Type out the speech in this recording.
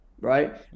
Right